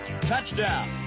touchdown